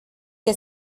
que